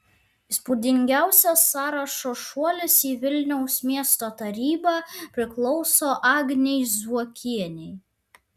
įspūdingiausias sąrašo šuolis į vilniaus miesto tarybą priklauso agnei zuokienei